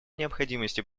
необходимости